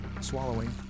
swallowing